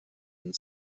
and